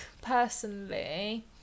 personally